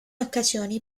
occasioni